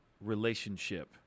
relationship